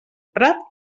prat